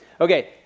Okay